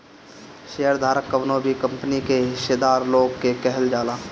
share धारक कवनो भी कंपनी के हिस्सादार लोग के कहल जाला